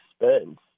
expense